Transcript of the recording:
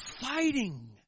fighting